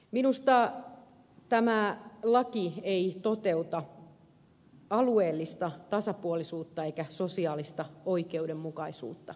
minusta tämä laki ei toteuta alueellista tasapuolisuutta eikä sosiaalista oikeudenmukaisuutta